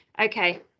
Okay